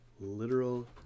literal